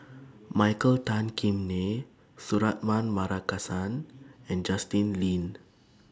Michael Tan Kim Nei Suratman Markasan and Justin Lean